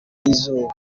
y’izuba